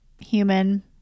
human